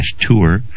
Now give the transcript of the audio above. tour